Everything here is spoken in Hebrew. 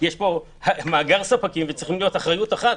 יש פה מאגר ספקים וצריכה להיות אחריות אחת.